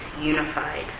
unified